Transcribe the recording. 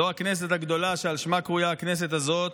זו כנסת הגדולה שעל שמה קרויה הכנסת הזאת,